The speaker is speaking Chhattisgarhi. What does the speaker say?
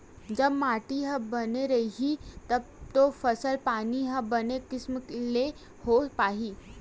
जब माटी ह बने रइही तब तो फसल पानी ह बने किसम ले होय पाही